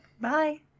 Bye